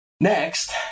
Next